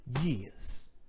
years